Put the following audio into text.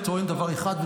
ולכן אני טוען דבר אחד,